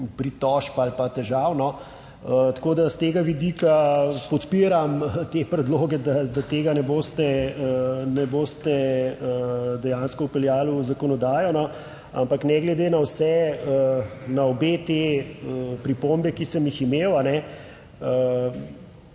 pritožb ali pa težav. Tako da s tega vidika podpiram te predloge, da tega ne boste dejansko vpeljali v zakonodajo. Ampak ne glede na vse, na obe te pripombe, ki sem jih imel,